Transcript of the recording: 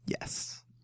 Yes